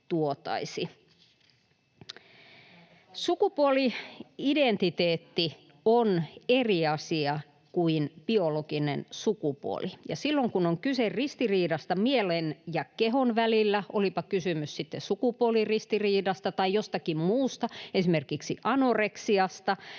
Sukupuoli-identiteetti on eri asia kuin biologinen sukupuoli, ja silloin, kun on kyse ristiriidasta mielen ja kehon välillä, olipa kysymys sitten sukupuoliristiriidasta tai jostakin muusta, esimerkiksi anoreksiasta,